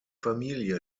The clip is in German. familie